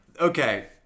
Okay